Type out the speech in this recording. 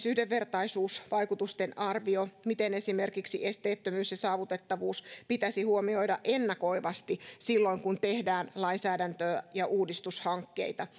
yhdenvertaisuusvaikutusten arviointi miten esimerkiksi esteettömyys ja saavutettavuus pitäisi huomioida ennakoivasti silloin kun tehdään lainsäädäntöä ja uudistushankkeita